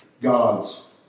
God's